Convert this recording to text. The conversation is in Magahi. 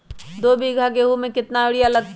दो बीघा गेंहू में केतना यूरिया लगतै?